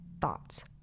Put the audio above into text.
thoughts